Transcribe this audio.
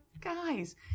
guys